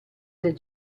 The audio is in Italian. del